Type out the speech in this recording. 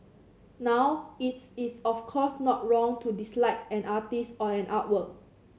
now its is of course not wrong to dislike an artist or an artwork